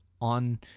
on